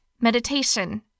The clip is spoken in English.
meditation